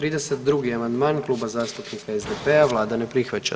32. amandman, Klub zastupnika SDP-a, Vlada ne prihvaća.